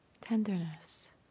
tenderness